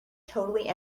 totally